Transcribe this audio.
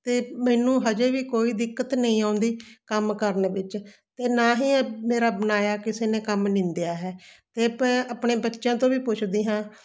ਅਤੇ ਮੈਨੂੰ ਹਜੇ ਵੀ ਕੋਈ ਦਿੱਕਤ ਨਹੀਂ ਆਉਂਦੀ ਕੰਮ ਕਰਨ ਵਿੱਚ ਅਤੇ ਨਾ ਹੀ ਮੇਰਾ ਬਣਾਇਆ ਕਿਸੇ ਨੇ ਕੰਮ ਨਿੰਦਿਆ ਹੈ ਅਤੇ ਮੈਂ ਆਪਣੇ ਬੱਚਿਆਂ ਤੋਂ ਵੀ ਪੁੱਛਦੀ ਹਾਂ